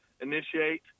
initiate